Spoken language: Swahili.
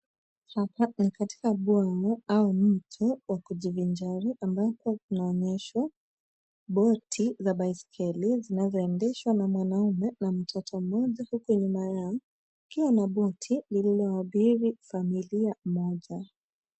Hapa ni katika bwawa au mto wa kujivinjari ambapo tunaonyeshwa boti za baiskeli zinazoendeshwa na mwanaume na mtoto mmoja huku nyuma yao kukiwa na boti lililoabiri familia moja.